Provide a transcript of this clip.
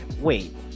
wait